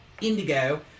indigo